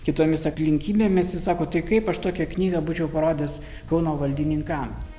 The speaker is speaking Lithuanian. kitomis aplinkybėmis sako tai kaip aš tokią knygą būčiau parodęs kauno valdininkams